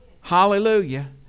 Hallelujah